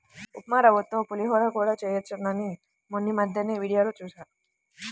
ఉప్మారవ్వతో పులిహోర కూడా చెయ్యొచ్చంట మొన్నీమద్దెనే వీడియోలో జూశా